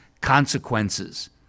consequences